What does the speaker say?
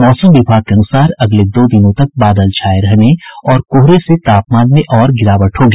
मौसम विभाग के अनुसार अगले दो दिनों तक बादल छाये रहने और कोहरे से तापमान में और गिरावट होगी